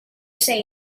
say